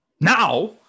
Now